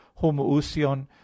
homoousion